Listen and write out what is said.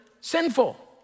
sinful